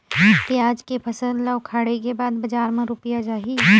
पियाज के फसल ला उखाड़े के बाद बजार मा रुपिया जाही?